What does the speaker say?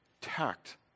tact